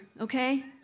okay